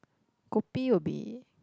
kopi will be